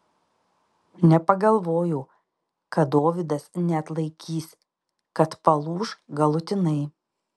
nepagalvojau kad dovydas neatlaikys kad palūš galutinai